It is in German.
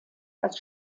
als